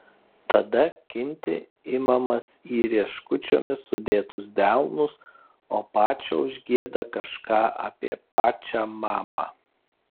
tada kinti imamas į rieškučiomis sudėtus delnus o pačo užgieda kažką apie pačą mamą